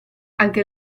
anche